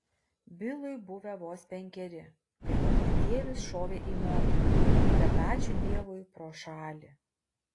bilui buvę vos penkeri kai jo patėvis šovė į motiną bet ačiū dievui pro šalį